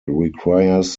requires